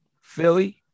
Philly